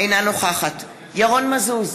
אינה נוכחת ירון מזוז,